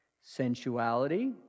sensuality